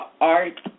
art